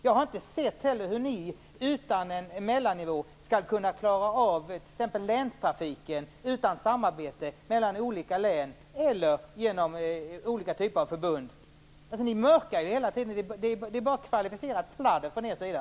Jag har heller inte sett hur ni utan en mellannivå skall kunna klara av exempelvis Länstrafiken utan samarbete mellan olika län eller genom olika typer av förbund. Ni mörkar ju hela tiden. Det är bara kvalificerat pladder från er sida.